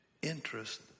Interest